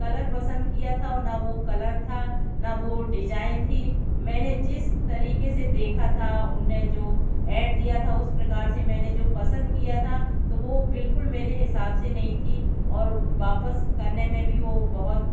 colour पसंद किया था ना वो कलर था ना वो डिजाइन थी मैंने जिस तरीके से देखा था उन्होंने जो ऐड दिया था उस प्रकार से मैंने जो पसंद किया था तो वो बिल्कुल मेरे हिसाब से नहीं थी और वापस करने में भी वो बहुत